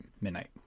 midnight